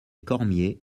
cormier